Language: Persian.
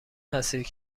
هستید